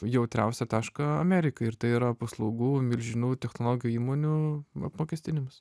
jautriausią tašką amerikai ir tai yra paslaugų milžinų technologijų įmonių apmokestinimas